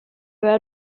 aveva